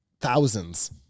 thousands